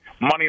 Money